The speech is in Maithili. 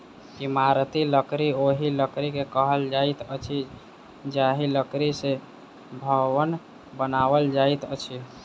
इमारती लकड़ी ओहि लकड़ी के कहल जाइत अछि जाहि लकड़ी सॅ भवन बनाओल जाइत अछि